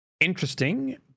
interesting